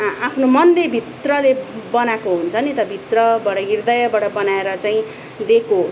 आफ्नो मनले भित्रले बनाएको हुन्छ नि त भित्रबाटै हृदयबाट बनाएर चाहिँ दिएको